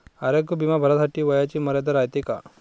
आरोग्य बिमा भरासाठी वयाची मर्यादा रायते काय?